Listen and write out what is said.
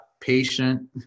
Patient